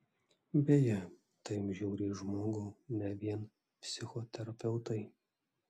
beje taip žiūri į žmogų ne vien psichoterapeutai